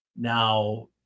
Now